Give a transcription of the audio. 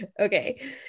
Okay